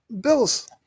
Bills